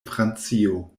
francio